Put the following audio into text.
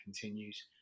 continues